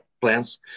plans